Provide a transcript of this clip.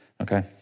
Okay